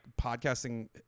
podcasting